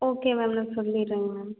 okay ma'am நான் சொல்லிடுறேங்க ma'am